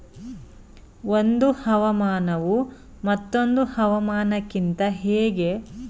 ಒಂದು ಹವಾಮಾನವು ಮತ್ತೊಂದು ಹವಾಮಾನಕಿಂತ ಹೇಗೆ ಭಿನ್ನವಾಗಿದೆ?